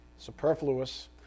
Superfluous